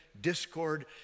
discord